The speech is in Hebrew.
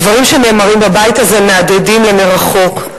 הדברים שנאמרים בבית הזה מהדהדים למרחוק.